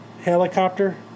helicopter